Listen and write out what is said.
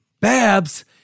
Babs